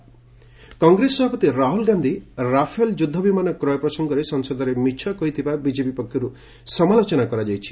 BJP Rahul Congress ସଭାପତି Rahul Gandhi Rafale ଯୁଦ୍ଧ ବିମାନ କ୍ରୟ ପ୍ରସଙ୍ଗରେ ସଂସଦରେ ମିଛ କହିଥିବା ବିଜେପି ପକ୍ଷରୁ ସମାଲୋଚନା କରାଯାଇଛି